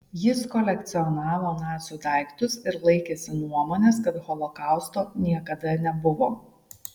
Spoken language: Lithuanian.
jis kolekcionavo nacių daiktus ir laikėsi nuomonės kad holokausto niekada nebuvo